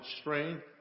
strength